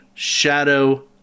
Shadow